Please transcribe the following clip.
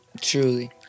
Truly